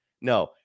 No